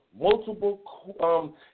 multiple